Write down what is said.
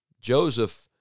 Joseph